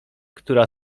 która